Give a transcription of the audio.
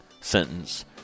sentence